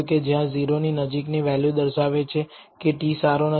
કે જ્યાં 0 ની નજીક ની વેલ્યુ દર્શાવે છે કે t સારો નથી